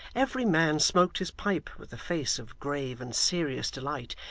every man smoked his pipe with a face of grave and serious delight,